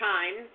Time